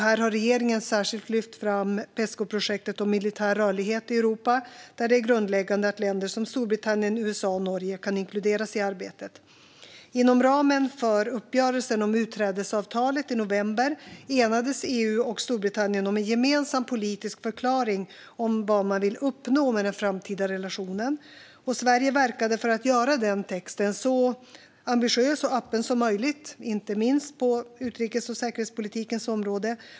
Här har regeringen särskilt lyft fram Pescoprojektet om militär rörlighet i Europa där det är grundläggande att länder som Storbritannien, USA och Norge kan inkluderas i arbetet. Inom ramen för uppgörelsen om utträdesavtalet i november enades EU och Storbritannien om en gemensam politisk förklaring om vad man vill uppnå med den framtida relationen. Sverige verkade för att göra den texten så ambitiös och öppen som möjligt, inte minst på utrikes och säkerhetspolitikens område.